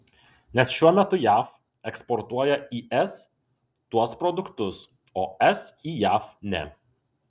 nes šiuo metu jav eksportuoja į es tuos produktus o es į jav ne